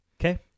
Okay